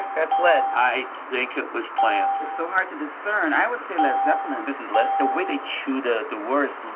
that's led. i think it was plant. it's so hard to discern. i would say led zeppelin. this is led. the way they chew the the words,